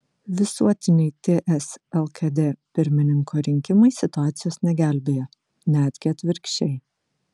visuotiniai ts lkd pirmininko rinkimai situacijos negelbėja netgi atvirkščiai